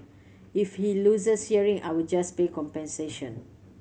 if he loses hearing I'll just pay compensation